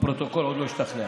הפרוטוקול עוד לא השתכנע.